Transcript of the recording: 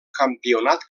campionat